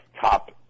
top